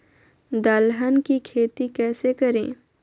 दलहन की खेती कैसे करें?